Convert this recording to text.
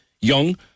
young